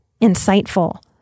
insightful